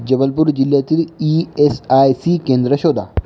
जबलपूर जिल्ह्यातील E S I C केंद्रं शोधा